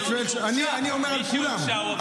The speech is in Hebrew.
מי שהורשע הוא עבריין.